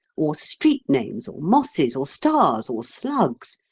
or street names, or mosses, or stars, or slugs,